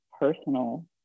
personal